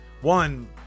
one